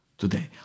Today